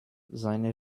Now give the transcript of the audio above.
seine